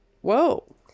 Whoa